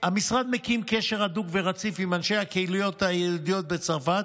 המשרד מקיים קשר הדוק ורציף עם אנשי הקהילות היהודיות בצרפת,